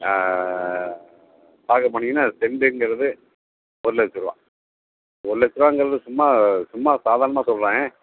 தாக்கல் பண்ணீங்கன்னால் சென்ட்டுங்கறது ஒரு லட்ச ரூபா ஒரு லட்ச ரூபாங்கறது சும்மா சும்மா சாதாரணமாக சொல்கிறேன்